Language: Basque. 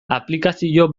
aplikazio